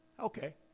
Okay